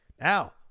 Now